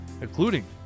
including